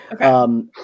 Okay